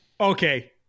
okay